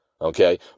Okay